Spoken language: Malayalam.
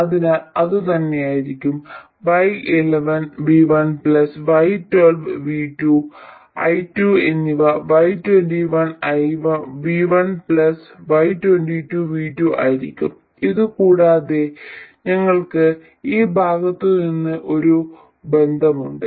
അതിനാൽ അതുതന്നെയായിരിക്കും y11 V1 y12 V2 i2 എന്നിവ y21 V1 y22 V2 ആയിരിക്കും ഇതുകൂടാതെ ഞങ്ങൾക്ക് ഈ ഭാഗത്ത് നിന്ന് ഒരു ബന്ധമുണ്ട്